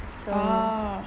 orh